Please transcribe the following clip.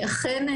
אכן,